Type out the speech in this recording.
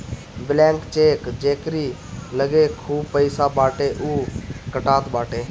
blank cheque जेकरी लगे खूब पईसा बाटे उ कटात बाटे